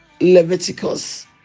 leviticus